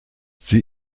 sie